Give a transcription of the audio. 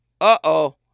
Uh-oh